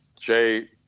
Jay